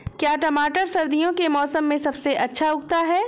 क्या टमाटर सर्दियों के मौसम में सबसे अच्छा उगता है?